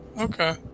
Okay